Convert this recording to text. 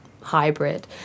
hybrid